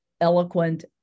eloquent